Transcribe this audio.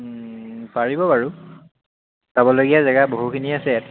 পাৰিব বাৰু চাবলগীয়া জেগা বহুখিনি আছে ইয়াত